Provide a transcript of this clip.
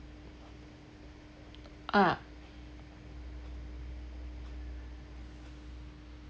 ah